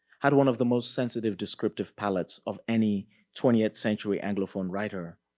had one of the most sensitive descriptive pallets of any twentieth century anglophone writer.